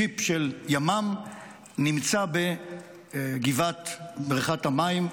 ג'יפ של ימ"מ נמצא בבריכת המים,